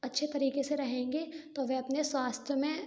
अच्छे तरीके से रहेंगे तो वे अपने स्वास्थ्य में